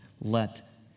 let